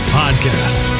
podcast